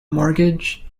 mortgage